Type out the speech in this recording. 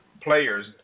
players